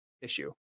issue